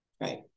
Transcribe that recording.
right